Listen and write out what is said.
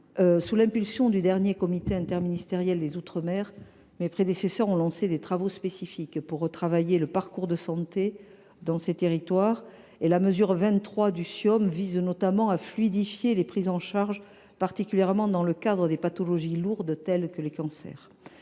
Sous l’impulsion du dernier comité interministériel des outre mer (Ciom), mes prédécesseurs ont lancé des chantiers spécifiques pour retravailler le parcours de santé dans ces territoires. La mesure 23 dudit Ciom vise notamment à fluidifier les prises en charge, particulièrement pour les pathologies lourdes, comme les cancers.